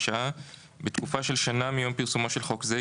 שעה 3. "בתקופה של שנה מיום פרסומו של חוק זה,